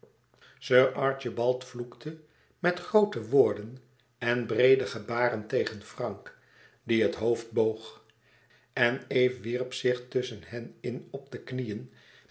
sir archibald vloekte met groote woorden en breede gebaren tegen frank die het hoofd boog en eve wierp zich tusschen hen in op de knieën